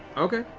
okay.